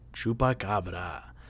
Chupacabra